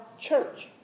church